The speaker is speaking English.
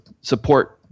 support